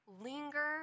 linger